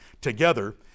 together